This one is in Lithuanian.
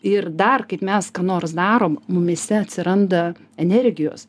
ir dar kaip mes ką nors darom mumyse atsiranda energijos